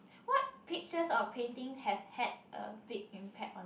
what pictures or painting have had a big impact on